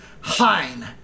Hein